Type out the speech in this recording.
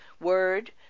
word